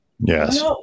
yes